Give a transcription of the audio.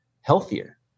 healthier